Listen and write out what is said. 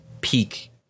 peak